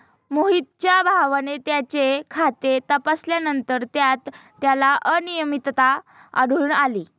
मोहितच्या भावाने त्याचे खाते तपासल्यानंतर त्यात त्याला अनियमितता आढळून आली